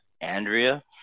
Andrea